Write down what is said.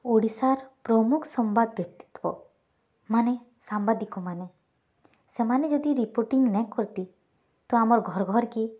ଓଡ଼ିଶାର୍ ପ୍ରମୁଖ୍ ସମ୍ୱାଦ୍ ବ୍ୟକ୍ତିତ୍ୱ ମାନେ ସାମ୍ୱାଦିକମାନେ ସେମାନେ ଯଦି ରିପୋର୍ଟିଙ୍ଗ୍ ନାଇ କର୍ତି ତ ଆମର୍ ଘର୍ ଘର୍କି